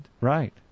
Right